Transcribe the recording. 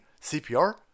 CPR